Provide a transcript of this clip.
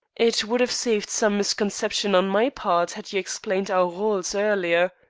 it would have saved some misconception on my part had you explained our roles earlier.